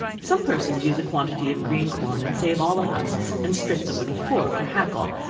some persons use a quantity of green corn, and save all the husks, and strip them with a fork, or hackle,